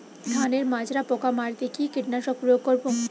ধানের মাজরা পোকা মারতে কি কীটনাশক প্রয়োগ করব?